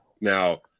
Now